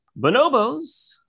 bonobos